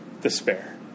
despair